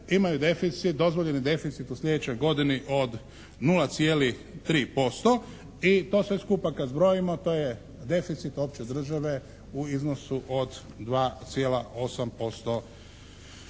dozvoljeni deficit u sljedećoj godini od 0,3% i to sve skupa kad zbrojimo to je deficit opće države u iznosu od 2,8%